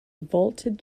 vaulted